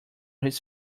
his